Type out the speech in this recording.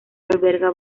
alberga